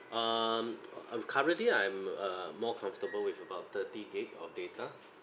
um uh currently I'm uh more comfortable with about thirty gig of data